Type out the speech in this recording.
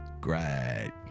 Great